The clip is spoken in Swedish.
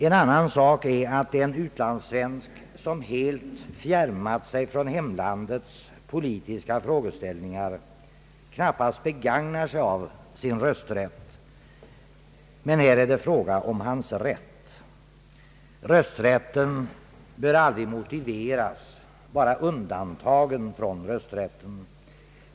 En annan sak är att den utlandssvensk som helt fjärmat sig från hemlandets politiska frågeställningar knappast begagnar sig av sin rösträtt. Men här är det fråga om hans rätt. Rösträtten bör aldrig motiveras, bara undantagen från rösträtten.